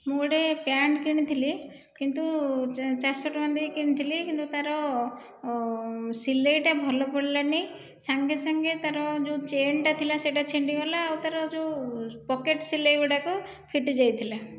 ମୁଁ ଗୋଟିଏ ପ୍ୟାଣ୍ଟ କିଣିଥିଲି କିନ୍ତୁ ଚା ଚାରିଶହ ଟଙ୍କା ଦେଇ କିଣିଥିଲି କିନ୍ତୁ ତାର ସିଲେଇଟା ଭଲ ପଡ଼ିଲାନି ସଙ୍ଗେ ସଙ୍ଗେ ତାର ଯେଉଁ ଚେନ୍ ଟା ଥିଲା ସେଇଟା ଛିଣ୍ଡି ଗଲା ଆଉ ତାର ଯେଉଁ ପକେଟ୍ ସିଲେଇ ଗୁଡ଼ାକ ଫିଟି ଯାଇଥିଲା